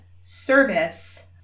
service